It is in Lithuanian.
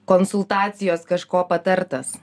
konsultacijos kažko patartas